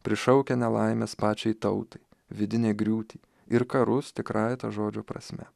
prišaukia nelaimes pačiai tautai vidinę griūtį ir karus tikrąja ta žodžio prasme